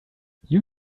you